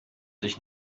dich